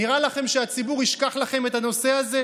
נראה לכם שהציבור ישכח לכם את הנושא הזה?